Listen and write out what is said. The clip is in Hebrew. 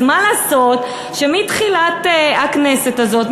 מה לעשות שמתחילת הכנסת הזאת,